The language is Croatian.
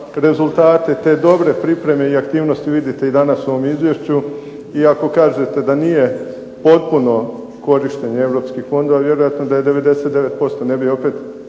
Rezultate te dobre pripreme i aktivnosti vidite i danas u ovom izvješću i ako kažete da nije potpuno korištenje europskih fondova, vjerojatno da 99% ne bi opet